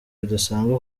bidasanzwe